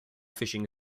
fishing